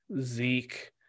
Zeke